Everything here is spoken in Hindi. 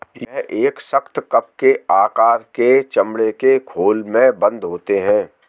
यह एक सख्त, कप के आकार के चमड़े के खोल में बन्द होते हैं